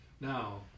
Now